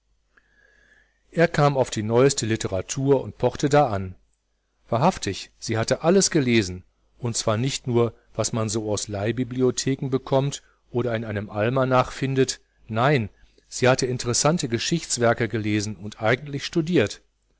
er kam auf die neueste literatur und pochte da an wahrhaftig sie hatte alles gelesen und zwar nicht nur was man so aus leihbibliotheken bekommt oder in einem almanach findet nein sie hatte interessante geschichtswerke gelesen und eigentlich studiert